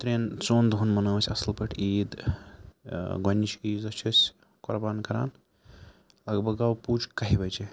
ترٛٮ۪ن ژۄن دۄہَن منٲو أسۍ اَصٕل پٲٹھۍ عیٖد گۄڈنِچ عیٖدز دۄہ چھِ أسۍ قۄربان کَران لگ بگ آو پُج کَہہِ بَجے